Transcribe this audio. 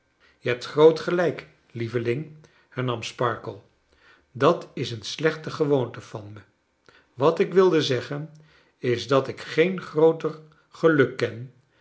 je hebt groot gelrjk lieveling hernam sparkler dat is een slechte gewoonte van me wat ik wilde zeggen is dat ik geen grooter geluk ken